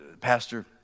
Pastor